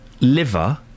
liver